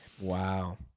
Wow